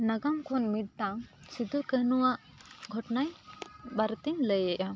ᱱᱟᱜᱟᱢ ᱠᱷᱚᱱ ᱢᱤᱫᱴᱟᱝ ᱥᱤᱫᱩ ᱠᱟᱹᱦᱱᱩ ᱟᱜ ᱜᱷᱚᱴᱱᱟᱭ ᱵᱟᱨᱮᱛᱮᱧ ᱞᱟᱹᱭᱮᱫᱼᱟ